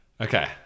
Okay